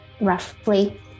roughly